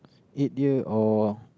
eat here or